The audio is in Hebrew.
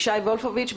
ישי וולפוביץ',